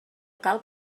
cal